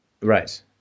Right